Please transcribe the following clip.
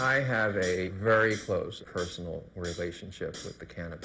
i have a very close personal relationship with the ca